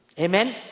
Amen